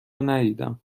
ندیدم